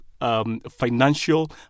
financial